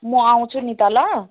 म आउँछु नि त ल